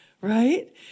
right